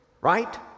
Right